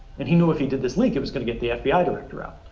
and he knew if he did this leak it was going to get the fbi ah director out.